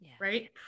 right